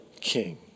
king